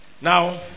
Now